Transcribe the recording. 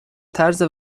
طرز